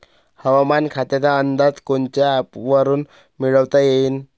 हवामान खात्याचा अंदाज कोनच्या ॲपवरुन मिळवता येईन?